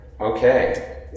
Okay